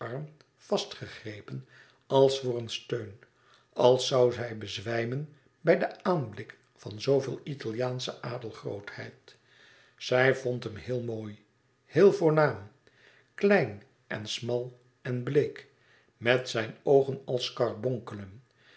vastgegrepen als voor een steun als zoû zij bezwijmen bij den aanblik van zooveel italiaansche adelgrootheid zij vond hem heel mooi heel voornaam klein en smal en bleek met zijn oogen als karbonkelen